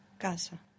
Casa